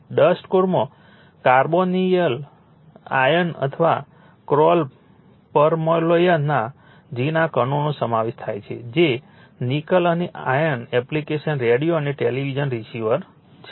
dust કોરમાં carbonyl iron અથવા કોલ પરમલોયના ઝીણા કણોનો સમાવેશ થાય છે જે નિકલ અને આયર્ન એપ્લીકેશન રેડિયો અને ટેલિવિઝન રીસીવર છે